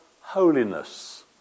holiness